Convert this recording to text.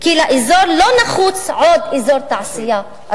יצוין כי מבדיקות שעורכת יחידת הקישור ברשות